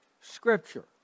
Scripture